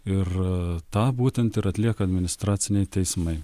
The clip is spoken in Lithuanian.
ir tą būtent ir atlieka administraciniai teismai